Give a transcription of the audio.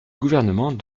gouvernement